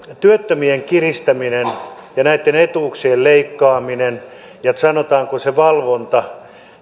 työttömien kiristäminen ja näitten etuuksien leikkaaminen ja sanotaanko se valvonta